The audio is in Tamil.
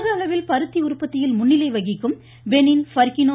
உலகளவில் பருத்தி உற்பத்தியில் முன்னிலை வகிக்கும் பெனின் பர்க்கினோ